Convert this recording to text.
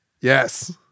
Yes